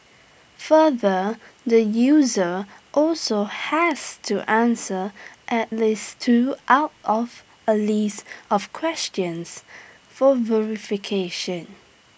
further the user also has to answer at least two out of A list of questions for verification